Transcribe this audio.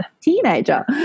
teenager